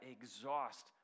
exhaust